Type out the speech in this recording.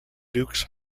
dukes